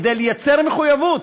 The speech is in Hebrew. כדי לייצר מחויבות.